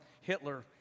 Hitler